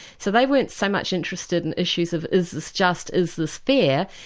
so they weren't so much interested in issues of is this just, is this fair?